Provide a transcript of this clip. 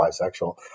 bisexual